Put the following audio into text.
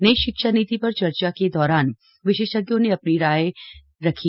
नई शिक्षा नीति पर चर्चा के दौरान विशेषज्ञों ने अपनी अपनी राय रखी